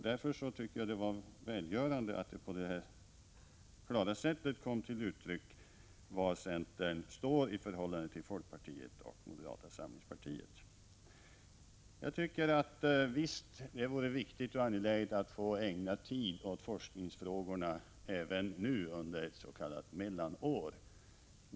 Därför tycker jag det var välgörande att det på det här klara sättet kom till uttryck var centern står i förhållande till folkpartiet och moderata samlingspartiet. Visst vore det viktigt och angeläget att få ägna tid åt forskningsfrågorna i riksdagsdebatten även nu, under ett s.k. mellanår.